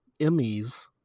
Emmys